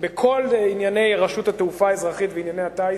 בכל ענייני רשות התעופה האזרחית וענייני הטיס,